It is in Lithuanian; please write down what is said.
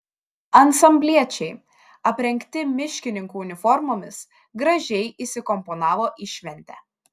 ansambliečiai aprengti miškininkų uniformomis gražiai įsikomponavo į šventę